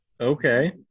Okay